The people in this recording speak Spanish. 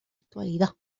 actualidad